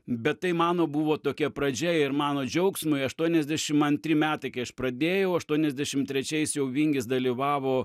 bet tai mano buvo tokia pradžia ir mano džiaugsmui aštuoniasdešim antri metai kai aš pradėjau aštuoniasdešim trečiais jau vingis dalyvavo